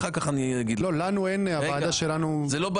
לא בעיה שלנו.